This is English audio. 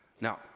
Now